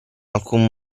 alcun